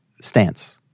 stance